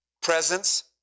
presence